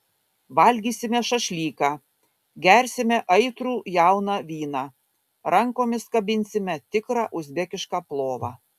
valgysime šašlyką gersime aitrų jauną vyną rankomis kabinsime tikrą uzbekišką plovą